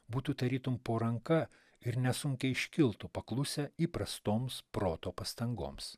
būtų tarytum po ranka ir nesunkiai iškiltų paklusę įprastoms proto pastangoms